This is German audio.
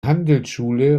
handelsschule